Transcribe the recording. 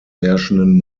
herrschenden